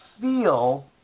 feel